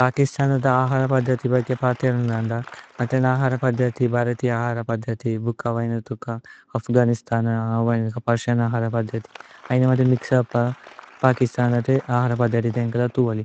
പകിസ്തനത് ആഹര പദ്ധതി ബഗ പാതിയന് അന്ദ। പകിസ്തനത് ആഹര പദ്ധതി ഭ്ഹരതിയ ആഹര। പദ്ധതി, ഭുക്ക, വൈനതുക്ക, അഫ്ഗനിസ്തന। പേര്സിഅന് ആഹര പദ്ധതി ഐന മാന്ത മിക്സ്-ഉപ്। പകിസ്തനത് ആഹര പദ്ധതി തേന്ക ല തുവലി।